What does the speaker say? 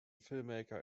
filmmaker